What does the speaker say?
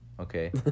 Okay